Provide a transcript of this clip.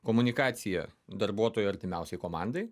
komunikacija darbuotojų artimiausiai komandai